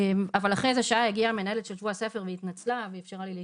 אבל אחרי שעה הגיעה המנהלת של שבוע הספר והתנצלה ואפשרה לי להיכנס.